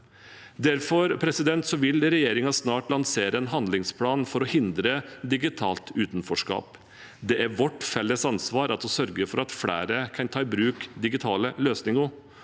Derfor vil regjeringen snart lansere en handlingsplan for å hindre digitalt utenforskap. Det er vårt felles ansvar at vi sørger for at flere kan ta i bruk digitale løsninger,